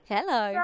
Hello